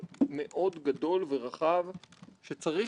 קרטל כסף שניהל את המגזר הפיננסי בארצות הברית.